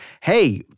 hey